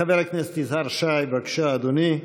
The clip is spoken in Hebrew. חבר הכנסת יזהר שי, בבקשה, אדוני.